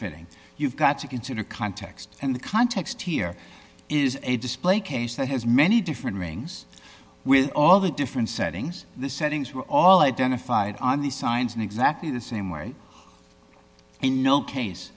iting you've got to consider context and the context here is a display case that has many different meanings with all the different settings the settings were all identified on the signs in exactly the same way in no case